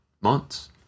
months